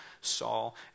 Saul